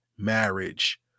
Marriage